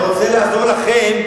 אני רוצה לעזור לכם